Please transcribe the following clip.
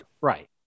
right